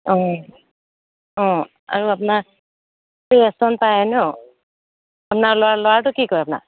অঁ অঁ আৰু আপোনাৰ ৰেচন পায় নহ্ আপোনাৰ ল'ৰা ল'ৰাটো কি কৰে আপোনাৰ